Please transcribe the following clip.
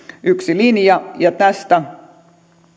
yksi linja tästä